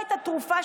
לפיד,